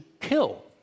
kill